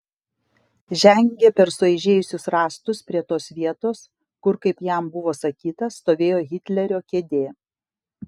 žengė per sueižėjusius rąstus prie tos vietos kur kaip jam buvo sakyta stovėjo hitlerio kėdė